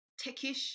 techish